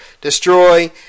destroy